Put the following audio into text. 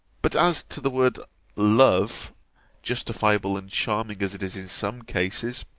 but as to the word love justifiable and charming as it is in some cases,